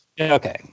Okay